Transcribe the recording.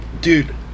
dude